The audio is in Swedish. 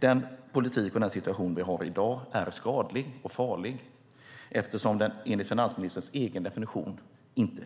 Den politik och den situation som vi har i dag är skadlig och farlig eftersom den enligt finansministerns egen definition inte